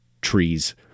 Trees